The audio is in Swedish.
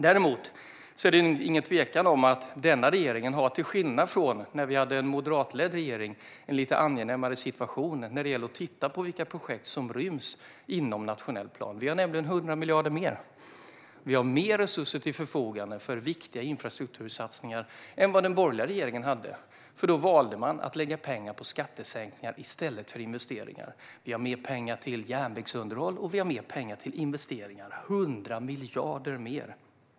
Däremot är det ingen tvekan om att denna regering, till skillnad från när vi hade en moderatledd regering, har en lite angenämare situation när det gäller att titta på vilka projekt som ryms inom nationell plan. Vi har nämligen 100 miljarder mer. Vi har mer resurser till förfogande för viktiga infrastruktursatsningar än vad den borgerliga regeringen hade, för då valde man att lägga pengar på skattesänkningar i stället för investeringar. Vi har mer pengar till järnvägsunderhåll, och vi har mer pengar till investeringar - 100 miljarder mer.